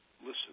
listen